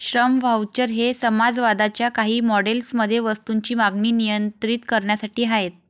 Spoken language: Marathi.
श्रम व्हाउचर हे समाजवादाच्या काही मॉडेल्स मध्ये वस्तूंची मागणी नियंत्रित करण्यासाठी आहेत